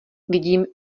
vidím